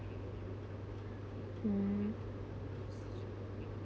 mm